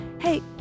hey